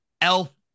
Elf